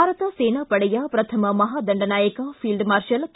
ಭಾರತ ಸೇನಾ ಪಡೆಯ ಪ್ರಥಮ ಮಹಾದಂಡನಾಯಕ ಫೀಲ್ಡ್ ಮಾರ್ಷಲ್ ಕೆ